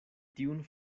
tiun